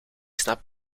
snap